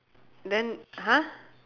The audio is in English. then !huh!